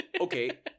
Okay